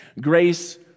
Grace